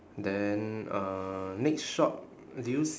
then uh next shop do you s~